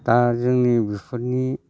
दा जोंनि बिफोरनि